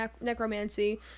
necromancy